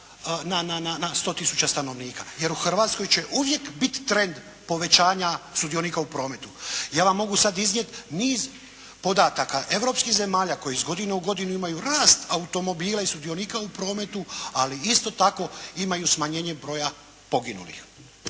na 100 tisuća stanovnika, jer u Hrvatskoj će uvijek bit trend povećanja sudionika u prometu. Ja vam mogu sad iznijet niz podataka europskih zemalja koje iz godine u godinu imaju rast automobila i sudionika u prometu, ali isto tako imaju smanjenje broja poginulih.